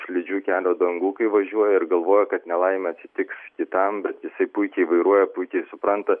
slidžių kelio dangų kai važiuoja ir galvoja kad nelaimė atsitiks kitam bet jisai puikiai vairuoja puikiai supranta